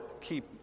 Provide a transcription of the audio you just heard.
keep